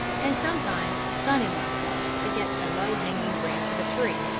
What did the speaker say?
and sometimes stunning myself against a low-hanging branch of a tree.